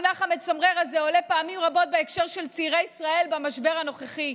המונח המצמרר הזה עולה פעמים רבות בהקשר של צעירי ישראל במשבר הנוכחי.